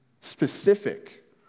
Specific